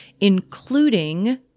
including